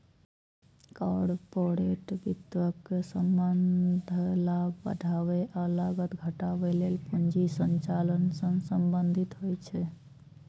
corporate वित्तक संबंध लाभ बढ़ाबै आ लागत घटाबै लेल पूंजी संचालन सं संबंधित होइ छै